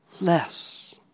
less